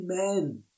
amen